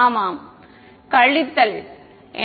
ஆமாம் மைனஸ்